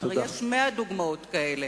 הרי יש מאה דוגמאות כאלה.